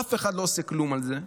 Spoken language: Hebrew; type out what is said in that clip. ואף אחד לא עושה כלום עם זה,